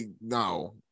no